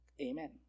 Amen